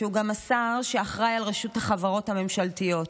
שהוא גם השר שאחראי על רשות החברות הממשלתיות.